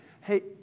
hey